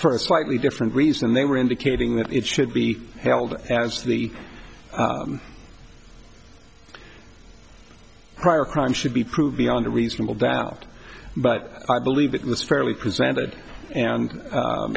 for a slightly different reason and they were indicating that it should be held as the prior crime should be proved beyond a reasonable doubt but i believe that in this fairly presented and